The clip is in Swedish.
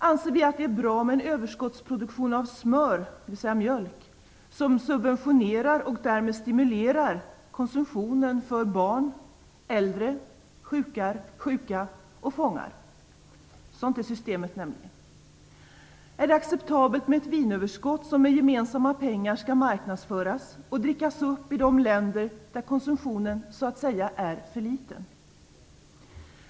Anser vi att det är bra med en överskottsproduktion av smör, dvs. mjölk, som subventioneras och därmed stimulerar konsumtionen för barn, äldre, sjuka och fångar? Systemet är sådant nämligen. Är det acceptabelt med ett vinöverskott som med gemensamma pengar skall marknadsföras och drickas upp i de länder där konsumtionen så att säga är för liten?